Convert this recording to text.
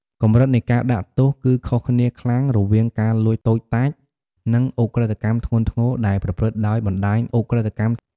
កម្រិតនៃការដាក់ទោស គឺខុសគ្នាខ្លាំងរវាងការលួចតូចតាច និងឧក្រិដ្ឋកម្មធ្ងន់ធ្ងរដែលប្រព្រឹត្តដោយបណ្តាញឧក្រិដ្ឋកម្ម។